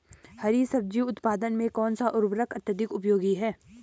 हरी सब्जी उत्पादन में कौन सा उर्वरक अत्यधिक उपयोगी है?